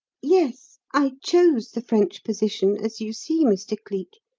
yes, i chose the french position, as you see, mr. cleek.